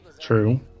True